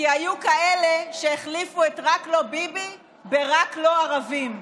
היו כאלה שהחליפו את "רק לא ביבי" ב"רק לא ערבים".